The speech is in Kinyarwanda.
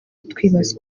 twibaza